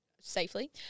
safely